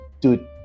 dude